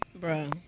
bro